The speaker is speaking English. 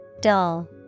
Dull